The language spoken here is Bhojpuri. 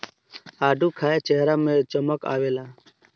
आडू खाए चेहरा में चमक आवेला